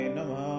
Namah